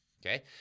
Okay